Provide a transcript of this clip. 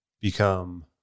become